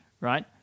right